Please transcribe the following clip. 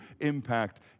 impact